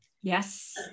Yes